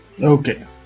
okay